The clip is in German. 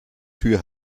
tür